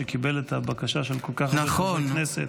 שקיבל את הבקשה של כל כך הרבה חברי כנסת.